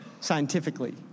scientifically